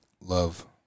love